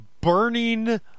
burning